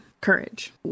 courage